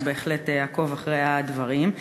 בהחלט אעקוב אחרי הדברים.